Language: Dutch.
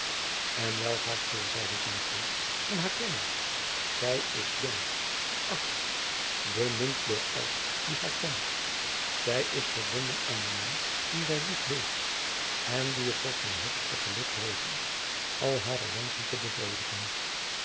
en welk hartzeer zeide zijn vriend kan haar kwellen zij is jong geächt bemind door elk die haar kent zij is verbonden aan den man dien zij lief heeft en die het tot zijn hoogste geluk rekent al hare wenschen te bevredigen